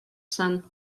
sen